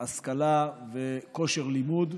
השכלה וכושר לימוד.